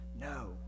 No